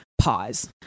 Pause